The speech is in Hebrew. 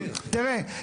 תראה,